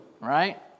right